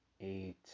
Eight